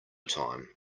time